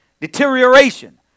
deterioration